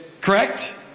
Correct